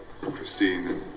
Christine